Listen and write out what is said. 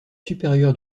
supérieur